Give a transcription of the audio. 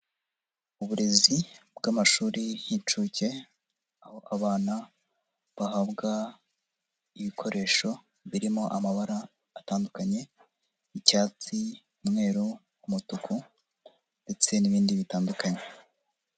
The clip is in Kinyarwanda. Uburezi bw'amashuri y'inshuke, aho abana bahabwa ibikoresho birimo amabara atandukanye y'icyatsi, umweru, umutuku ndetse n'ibindi bitandukanye.